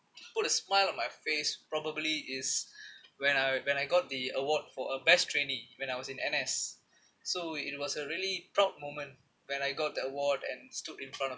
put a smile on my face probably is when I when I got the award for uh best trainee when I was in N_S so it was a really proud moment when I got the award and stood in front of